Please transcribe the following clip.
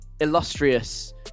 illustrious